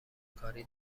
کاری